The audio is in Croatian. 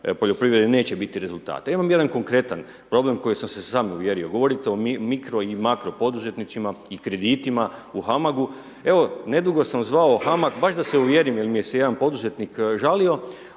poljoprivrede, neće biti rezultata. Ja imam jedan konkretan problem u koji sam se sam uvjerio, govorite o mikro i makro poduzetnicima i kreditima u HAMAG-u, evo nedugo sam zvao HAMAG, baš da se uvjerim, jel mi se jedan poduzetnik žalio,